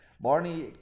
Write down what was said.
Barney